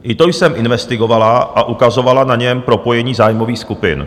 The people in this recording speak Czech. I to jsem investigovala a ukazovala na něm propojení zájmových skupin.